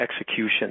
execution